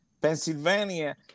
Pennsylvania